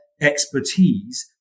expertise